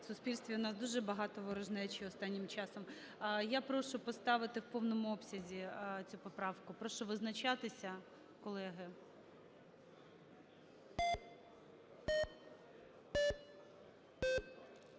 суспільстві у нас дуже багато ворожнечі останнім часом. Я прошу поставити в повному обсязі цю поправку. Прошу визначатися, колеги.